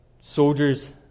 soldiers